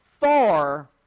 far